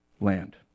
land